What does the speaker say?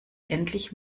endlich